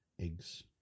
eggs